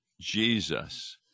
Jesus